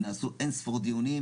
נעשו אין ספור דיונים